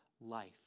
life